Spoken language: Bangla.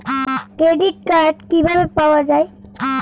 ক্রেডিট কার্ড কিভাবে পাওয়া য়ায়?